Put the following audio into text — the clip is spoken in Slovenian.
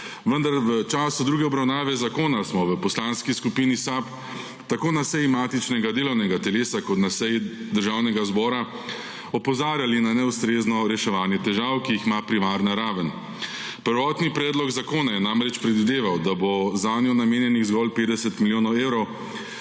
vendar v času druge obravnave zakona smo v Poslanski skupini SAB tako na seji matičnega delovnega telesa kot na seji Državnega zbora opozarjali na neustrezno reševanje težav, ki jih ima primarna raven. Prvotni predlog zakona je namreč predvideval, da bo zanjo namenjenih zgolj 50 milijonov evrov.